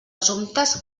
assumptes